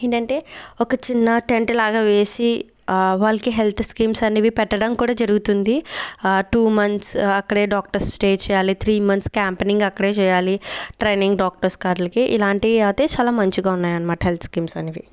ఏంటంటే ఒక చిన్న టెంట్ లాగా వేసి వాళ్ళకి హెల్త్ స్కీమ్స్ అనేవి పెట్టడం కూడా జరుగుతుంది ఆ టూ మంత్స్ అక్కడే డాక్టర్ స్టే చేయాలి త్రీ మంత్స్ క్యాంపనింగ్ అక్కడే చేయాలి ట్రైనింగ్ డాక్టర్స్ వాటికి ఇలాగే అయితే చాలా మంచిగా ఉన్నాయి అనమాట హెల్త్ స్కీమ్స్ అనేవి